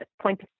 point